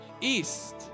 East